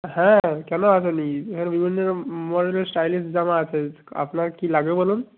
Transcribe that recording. হ্যাঁ কেন আসেনি এখানে বিভিন্ন রকম স্টাইলিশ জামা আছে আপনার কী লাগবে বলুন